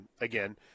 again